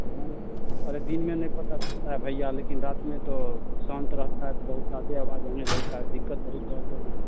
नहीं अरे दिन में नहीं पता चलता है भैया लेकिन रात में तो शांत रहता है तो बहुत ज़्यादा आवाज़ होने लगता है दिक्कत बहुत ज़्यादा है